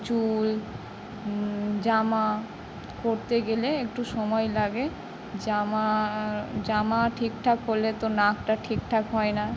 চুল জামা করতে গেলে একটু সময় লাগে জামা জামা ঠিকঠাক পরলে তো নাকটা ঠিকঠাক হয় না